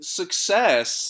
success